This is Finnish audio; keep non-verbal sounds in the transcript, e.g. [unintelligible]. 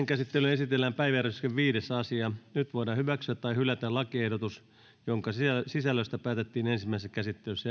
[unintelligible] käsittelyyn esitellään päiväjärjestyksen viides asia nyt voidaan hyväksyä tai hylätä lakiehdotus jonka sisällöstä päätettiin ensimmäisessä käsittelyssä [unintelligible]